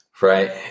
right